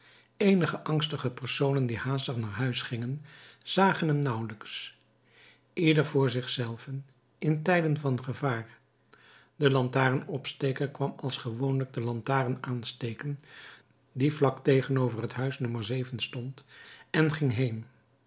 eenige angstige personen die haastig naar huis gingen zagen hem nauwelijks ieder voor zich zelven in tijden van gevaar de lantaarnopsteker kwam als gewoonlijk de lantaarn aansteken die vlak tegenover het huis no stond en ging heen